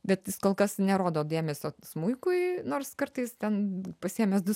bet jis kol kas nerodo dėmesio smuikui nors kartais ten pasiėmęs du